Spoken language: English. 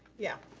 yeah.